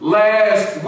last